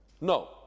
No